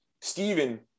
Stephen